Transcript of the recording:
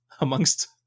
amongst